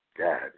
God